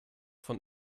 von